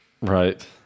Right